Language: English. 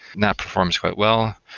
that performs quite well.